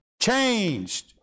changed